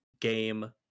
game